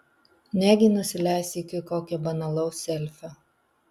negi nusileisi iki kokio banalaus selfio